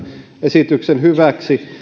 esityksen hyväksi